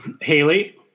Haley